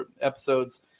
episodes